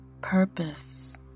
purpose